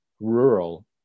rural